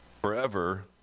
forever